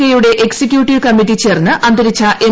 കെയുടെ executive committee ചേർന്ന് അന്തരിച്ച എം